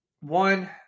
one